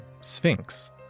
Sphinx